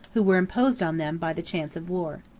who were imposed on them by the chance of war.